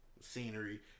Scenery